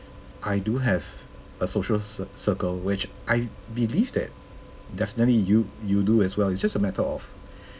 I do have a social cir~ circle which I believe that definitely you you do as well it just a matter of